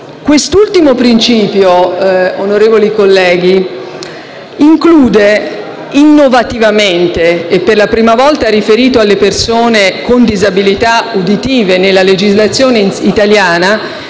Quest'ultimo principio, onorevoli colleghi, include infatti in modo innovativo e per la prima volta con riferimento alle persone con disabilità uditive nella legislazione italiana